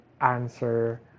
answer